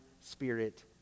spirit